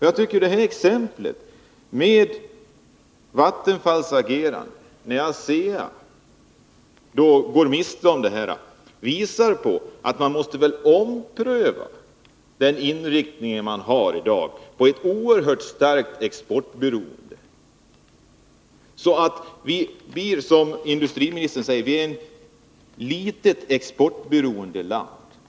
Jag tycker att det här exemplet med Vattenfalls agerande —- då ASEA går miste om beställningen — visar att man måste ompröva den inriktning man har i dag på ett oerhört starkt exportberoende. Vi är, som industriministern säger, ett litet exportberoende land.